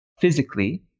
physically